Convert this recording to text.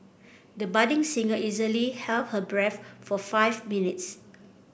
the budding singer easily held her breath for five minutes